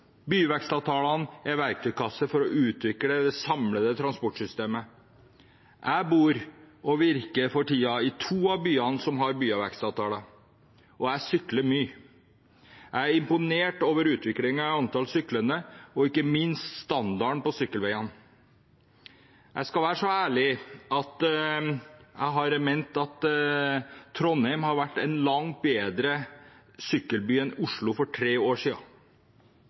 Byvekstavtalene er verktøykasser for å utvikle det samlede transportsystemet. Jeg bor og virker for tiden i to av byene som har byvekstavtaler, og jeg sykler mye. Jeg er imponert over utviklingen i antall syklende og ikke minst standarden på sykkelveiene. Jeg skal være så ærlig å si at jeg har ment at Trondheim var en langt bedre sykkelby enn Oslo for tre år